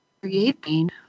creating